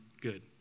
good